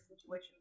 situation